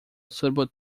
suitable